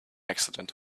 accident